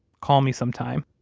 call me sometime,